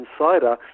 insider